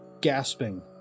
gasping